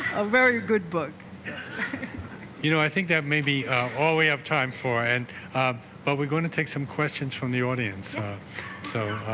a very good book you know i think that maybe all we have time for and but we're going to take some questions from the audience so